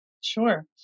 Sure